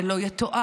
זה לא יתואר,